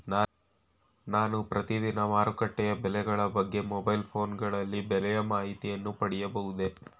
ನಾನು ಪ್ರತಿದಿನ ಮಾರುಕಟ್ಟೆಯ ಬೆಲೆಗಳ ಬಗ್ಗೆ ಮೊಬೈಲ್ ಫೋನ್ ಗಳಲ್ಲಿ ಬೆಲೆಯ ಮಾಹಿತಿಯನ್ನು ಪಡೆಯಬಹುದೇ?